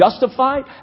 justified